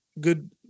good